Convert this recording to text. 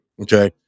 Okay